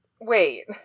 wait